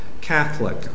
Catholic